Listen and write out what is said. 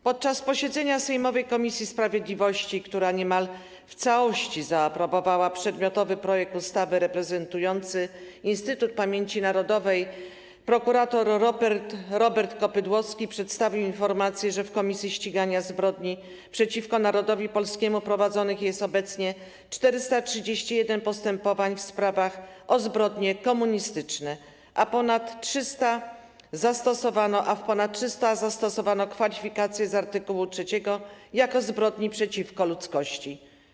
Podczas posiedzenia sejmowej komisji sprawiedliwości, która niemal w całości zaaprobowała przedmiotowy projekt ustawy, reprezentujący Instytut Pamięci Narodowej prokurator Robert Kopydłowski przedstawił informację, że w Komisji Ścigania Zbrodni przeciwko Narodowi Polskiemu prowadzonych jest obecnie 431 postępowań w sprawach o zbrodnie komunistyczne, a w ponad 300 zastosowano kwalifikację z art. 3 jako zbrodnie przeciwko ludzkości.